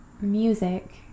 music